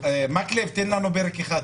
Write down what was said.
ברור לי שזו לא התעלמות מכוונת מצד הממשלה,